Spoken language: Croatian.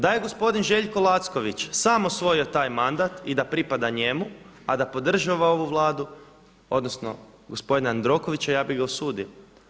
Da je gospodin Željko Lacković sam osvojio taj mandat i da pripada njemu, a da podržava ovu Vladu, odnosno gospodina Jandrokovića ja bih ga osudio.